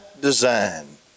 design